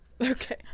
okay